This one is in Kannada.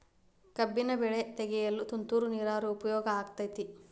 ಕಬ್ಬಿನ ಬೆಳೆ ತೆಗೆಯಲು ತುಂತುರು ನೇರಾವರಿ ಉಪಯೋಗ ಆಕ್ಕೆತ್ತಿ?